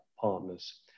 Partners